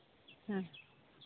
ᱦᱮᱸ